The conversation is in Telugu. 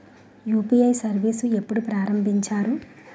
యు.పి.ఐ సర్విస్ ఎప్పుడు ప్రారంభించారు?